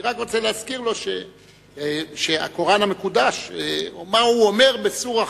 ואני רק רוצה להזכיר לו מה הקוראן המקודש אומר בסורה החמישית,